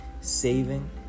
saving